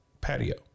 patio